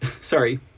sorry